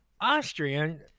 Austrian